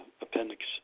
Appendix